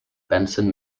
benson